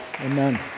Amen